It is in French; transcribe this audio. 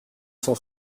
cent